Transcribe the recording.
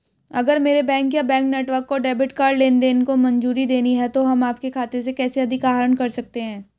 अगर मेरे बैंक या बैंक नेटवर्क को डेबिट कार्ड लेनदेन को मंजूरी देनी है तो हम आपके खाते से कैसे अधिक आहरण कर सकते हैं?